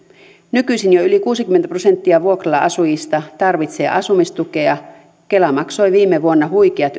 nykyisin jo yli kuusikymmentä prosenttia vuokralla asuvista tarvitsee asumistukea kela maksoi viime vuonna huikeat